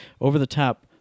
over-the-top